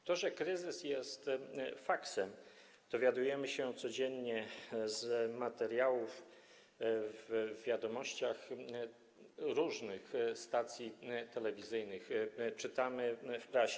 O tym, że kryzys jest faktem, dowiadujemy się codziennie z materiałów w wiadomościach różnych stacji telewizyjnych, czytamy o tym w prasie.